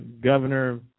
Governor